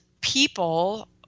people –